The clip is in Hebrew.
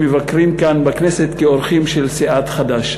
שמבקרים כאן בכנסת כאורחים של סיעת חד"ש.